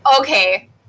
Okay